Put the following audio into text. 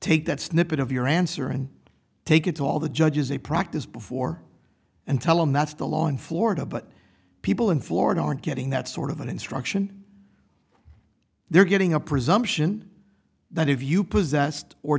take that snippet of your answer and take it to all the judges a practice before and tell them that's the law in florida but people in florida aren't getting that sort of an instruction they're getting a presumption that if you possessed or